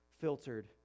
filtered